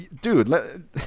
Dude